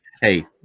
Hey